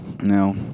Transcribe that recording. No